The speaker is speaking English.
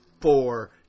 four